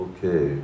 Okay